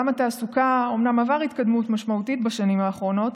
עולם התעסוקה אומנם עבר התקדמות משמעותית בשנים האחרונות,